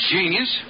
Genius